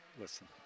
Listen